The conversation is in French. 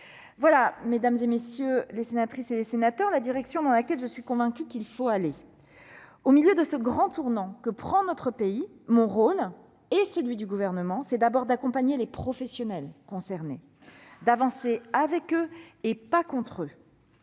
Voilà, mesdames les sénatrices, messieurs les sénateurs, la direction dans laquelle je suis convaincue qu'il faut aller. Au milieu de ce grand tournant que prend notre pays, mon rôle, et celui du Gouvernement, est d'abord d'accompagner les professionnels concernés, d'avancer avec eux, non pas contre eux,